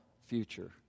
future